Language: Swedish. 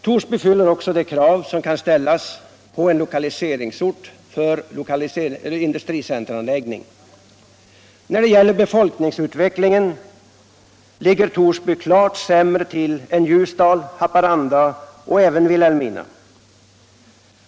Torsby uppfyller också de krav som kan ställas på en lokaliseringsort för industricenteranläggning. När det gäller befolkningsutveckling ligger Torsby klart sämre till än Ljusdal, Haparanda och Vilhelmina.